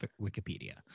Wikipedia